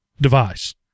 device